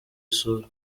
isura